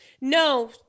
no